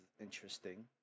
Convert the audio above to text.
interesting